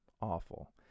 Awful